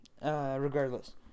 regardless